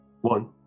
One